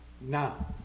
now